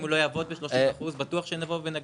אם הוא לא יעבוד ב-30% בטוח שנבוא ונגדיל.